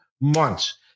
months